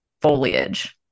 foliage